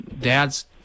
dads